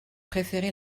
préféré